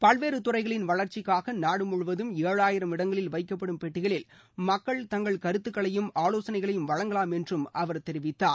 பல்வேறு துறைகளின் வளர்ச்சிக்காக நாடுமுழுவதும் ஏழாயிரம் இடங்களில் வைக்கப்படும் பெட்டிகளில் மக்கள் தங்கள் கருத்துக்களையும் ஆசோசனைகளையும் வழங்கலாம் என்றும் அவர் தெரிவித்தார்